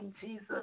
Jesus